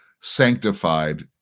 sanctified